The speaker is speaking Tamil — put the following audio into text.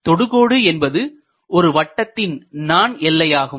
தொடுகோடு என்பது ஒரு வட்டத்தின் நாண் எல்லையாகும்